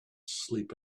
sleep